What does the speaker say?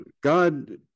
God